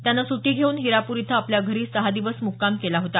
त्यानं सुट्टी घेऊन हिरापूर इथं आपल्या घरी सहा दिवस मुक्काम केला होता